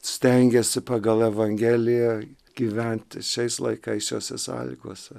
stengėsi pagal evangeliją gyventi šiais laikais šiose sąlygose